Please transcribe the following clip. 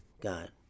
God